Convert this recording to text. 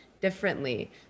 differently